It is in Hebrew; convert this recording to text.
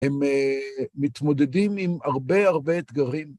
הם מתמודדים עם הרבה הרבה אתגרים.